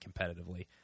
competitively